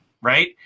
Right